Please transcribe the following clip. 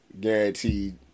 guaranteed